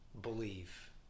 believe